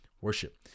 worship